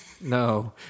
no